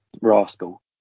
rascal